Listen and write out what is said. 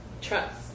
Trust